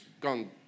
gone